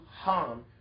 harm